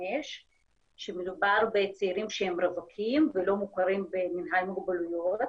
כשמדובר בצעירים שהם רווקים ולא מוכרים במינהל מוגבלויות.